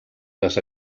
les